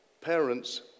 parents